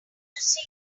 see